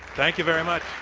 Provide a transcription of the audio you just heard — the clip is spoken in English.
thank you very much.